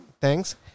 thanks